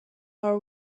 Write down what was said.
are